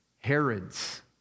Herod's